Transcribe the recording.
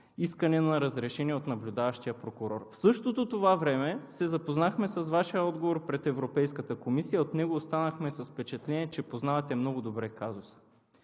искане на разрешение от наблюдаващия прокурор. В същото това време се запознахме с Вашия отговор пред Европейската комисия и останахме с впечатление, че познавате много добре казуса.